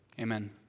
Amen